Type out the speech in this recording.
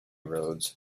roads